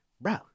bro